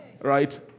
right